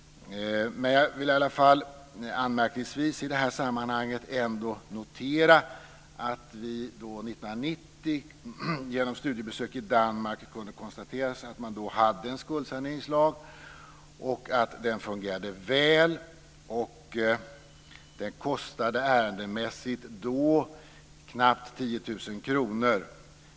Jag vill dock ändå notera det i sammanhanget anmärkningsvärda att vi 1990 genom studiebesök i Danmark kunde konstatera att man där hade en skuldsaneringslag som fungerade väl. Då kostade ett ärende knappt 10 000 kr.